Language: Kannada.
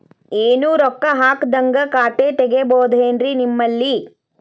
ಏನು ರೊಕ್ಕ ಹಾಕದ್ಹಂಗ ಖಾತೆ ತೆಗೇಬಹುದೇನ್ರಿ ನಿಮ್ಮಲ್ಲಿ?